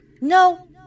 No